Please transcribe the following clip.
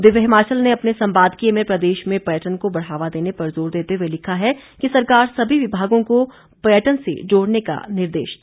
दिव्य हिमाचल ने अपने सम्पादकीय में प्रदेश में पर्यटन को बढ़ावा देने पर जोर देते हुए लिखा है कि सरकार सभी विभागों को पर्यटन से जोड़ने का निर्देश दे